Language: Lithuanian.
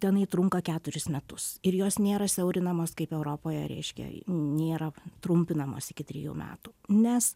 tenai trunka keturis metus ir jos nėra siaurinamos kaip europoje reiškia nėra trumpinamos iki trejų metų nes